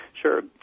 Sure